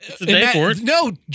No